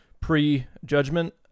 pre-judgment